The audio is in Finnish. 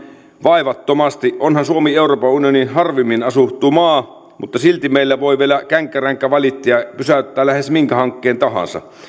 vaivattomasti onhan suomi euroopan unionin harvimmin asuttu maa mutta silti meillä voi vielä känkkäränkkävalittaja pysäyttää lähes minkä hankkeen tahansa